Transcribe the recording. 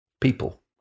people